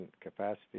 capacity